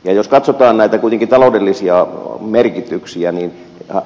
kuitenkin jos katsotaan näitä taloudellisia merkityksiä